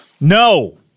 No